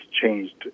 changed